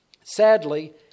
Sadly